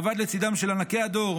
עבד לצידם של ענקי הדור,